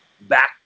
back